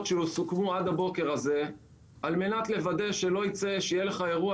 שסוכמו עד הבוקר על מנת לוודא שלא יצא שיהיה לך אירוע